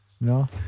No